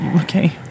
okay